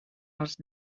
els